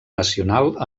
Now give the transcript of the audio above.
nacional